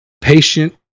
patient